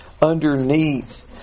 Underneath